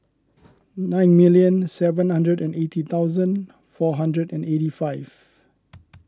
nine million seven hundred and eighty thousand four hundred and eighty five